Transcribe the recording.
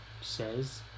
Says